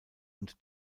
und